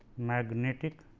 magnetic